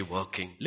working